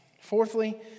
Fourthly